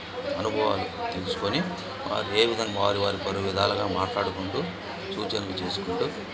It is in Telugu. అనుభవాలు తెలుసుకొని ఏ విధంగా వారి వారి పలు విధాలుగా మాట్లాడుకుంటు సూచెనలు చేసుకుంటూ